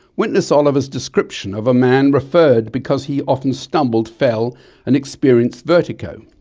witness oliver's description of a man referred because he often stumbled, fell and experienced vertigo.